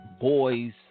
boys